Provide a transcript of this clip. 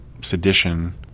sedition